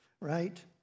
right